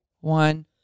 one